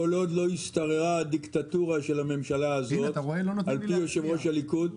כל עוד לא השתררה הדיקטטורה של הממשלה הזאת על פי יושב ראש הליכוד,